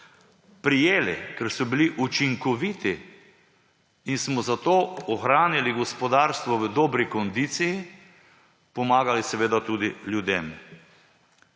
prijeli. Ker so bili učinkoviti in smo zato ohranili gospodarstvo v dobri kondiciji, pomagali seveda tudi ljudem.